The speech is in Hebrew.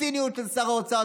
הציניות של שר האוצר,